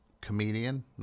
comedian